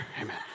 Amen